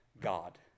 God